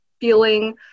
feeling